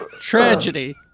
Tragedy